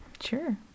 Sure